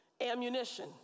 ammunition